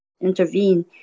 intervene